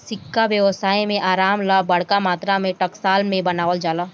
सिक्का व्यवसाय में आराम ला बरका मात्रा में टकसाल में बनावल जाला